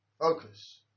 Focus